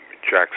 jackson